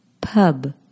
pub